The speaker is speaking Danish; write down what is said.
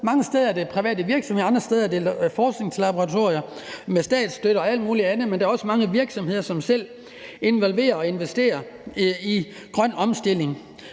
Mange steder er det private virksomheder, andre steder er det forskningslaboratorier med statsstøtte og alt muligt andet, men der er også mange virksomheder, som selv involverer sig i og investerer i grøn omstilling